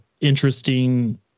interesting